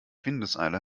windeseile